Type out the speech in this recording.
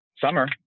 summer